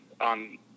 on